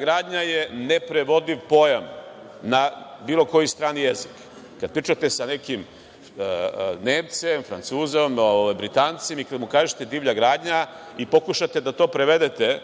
gradnja je neprevodiv pojam na bilo koji strani jezik. Kada pričate sa nekim Nemcem, Francuzom, Britancem, i kada mu kažete divlja gradnja i pokušate da to prevedete